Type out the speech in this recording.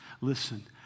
Listen